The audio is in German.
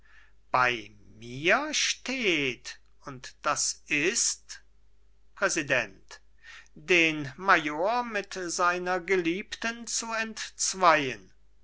bei mir steht und das ist präsident den major mit seiner geliebten zu entzweien